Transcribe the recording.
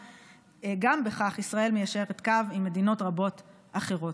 וגם בכך ישראל מיישרת קו עם מדינות רבות אחרות.